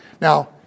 Now